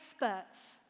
experts